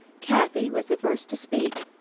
kathy was the first to speak.